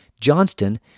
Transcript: Johnston